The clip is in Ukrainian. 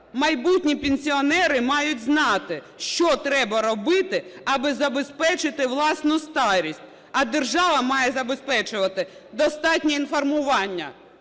"Майбутні пенсіонери мають знати, що треба робити, аби забезпечити власну старість, а держава має забезпечувати достатнє інформування".